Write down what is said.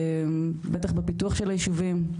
בטח בפיתוח של היישובים,